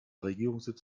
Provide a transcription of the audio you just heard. regierungssitz